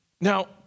Now